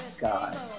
God